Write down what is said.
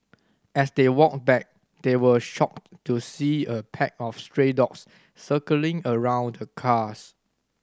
as they walked back they were shocked to see a pack of stray dogs circling around the cars